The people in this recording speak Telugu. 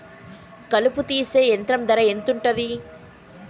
కలుపు తీసే యంత్రం ధర ఎంతుటది?